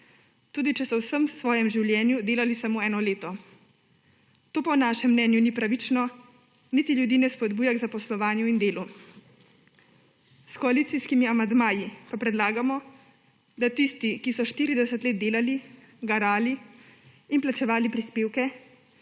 tudi če so v vsem svojem življenju delali samo eno leto. To po našem mnenju ni pravično niti ljudi ne spodbuja k zaposlovanju in delu. S koalicijskimi amandmaji pa predlagamo, da tisti, ki so 40 let delali, garali in plačevali prispevke,